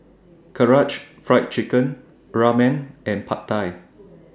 Karaage Fried Chicken Ramen and Pad Thai